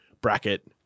bracket